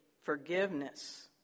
forgiveness